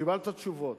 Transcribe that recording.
קיבלת תשובות.